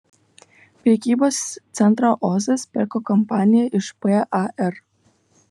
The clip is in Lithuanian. prekybos centrą ozas perka kompanija iš par